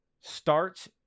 starts